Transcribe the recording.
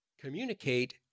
Communicate